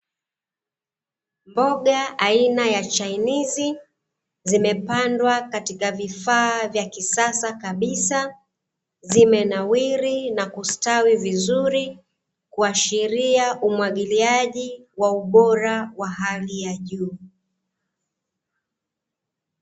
Mboga aina ya chainizi zimepandwa katika vifaa vya kisasa kabisa, zimenawiri na kustawi vizuri kuashiria umwagiliaji wa ubora wa hali ya juu.